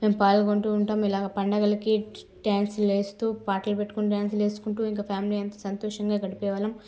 మేము పాలుగుంటూ ఉంటాం ఇలాగా పండగలకి డాన్సులేస్తూ పాటలు పెట్టుకుని డాన్సులేసుకుంటూ ఇంకా ఫ్యామిలీ అంతా సంతోషంగా గడిపేవాళ్ళం